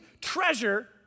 treasure